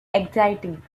exciting